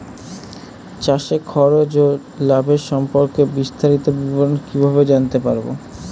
চাষে খরচ ও লাভের সম্পর্কে বিস্তারিত বিবরণ কিভাবে জানতে পারব?